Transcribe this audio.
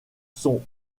sont